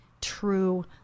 true